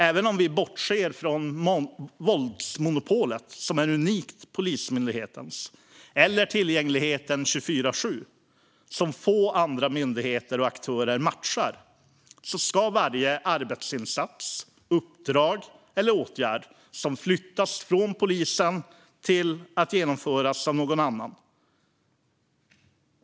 Även om vi bortser från våldsmonopolet, som är unikt Polismyndighetens, och tillgängligheten 24:7, som få andra myndigheter och aktörer matchar, ska varje arbetsinsats, uppdrag eller åtgärd som flyttas från polisen genomföras av någon annan.